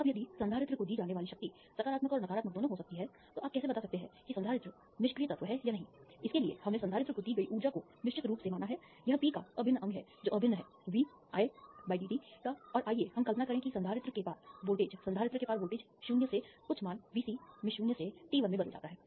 अब यदि संधारित्र को दी जाने वाली शक्ति सकारात्मक और नकारात्मक दोनों हो सकती है तो आप कैसे बता सकते हैं कि संधारित्र निष्क्रिय तत्व है या नहीं इसके लिए हमने संधारित्र को दी गई ऊर्जा को निश्चित रूप से माना है यह p का अभिन्न अंग है जो अभिन्न है VI dt का और आइए हम कल्पना करें कि संधारित्र के पार वोल्टेज संधारित्र के पार वोल्टेज 0 से कुछ मान Vc में 0 से t1 में बदल जाता है